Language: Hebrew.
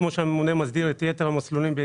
כפי שהממונה מסדיר את יתר המסלולים.